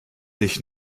dich